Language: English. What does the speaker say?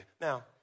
Now